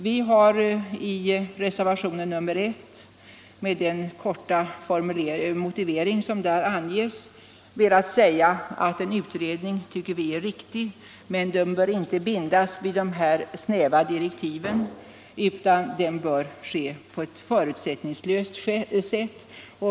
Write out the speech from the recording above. Vi har i reservationen 1 med den korta motivering som där anges velat säga att det är riktigt att göra en utredning men att den inte bör bindas vid snäva direktiv utan ske förutsättningslöst.